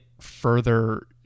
further